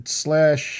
slash